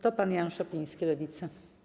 To pan Jan Szopiński, Lewica.